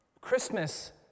Christmas